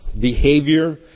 behavior